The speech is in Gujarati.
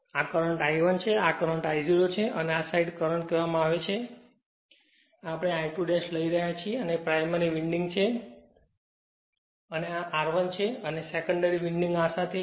તો આ કરંટ I1 છે આ કરંટ I 0 છે અને આ સાઈડ કરંટ કહેવામાં આવે છે કે આપણે I2 લઈ રહ્યા છીએ અને આ પ્રાઇમરી વિન્ડિંગ છે અને આ R1 છે અને સેકન્ડરી વિન્ડિંગ આ છે